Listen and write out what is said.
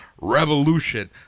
revolution